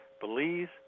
Belize